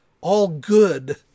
all-good